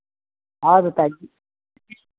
और बताइए